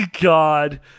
God